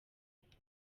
ukuri